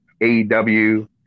AEW